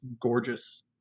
gorgeous